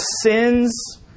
sins